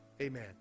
Amen